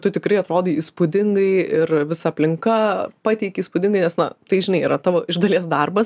tu tikrai atrodai įspūdingai ir visa aplinka pateiki įspūdingai nes na tai žinai yra tavo iš dalies darbas